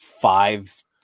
five